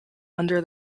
under